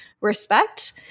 respect